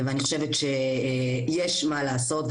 ואני חושבת שיש מה לעשות,